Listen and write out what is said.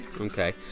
Okay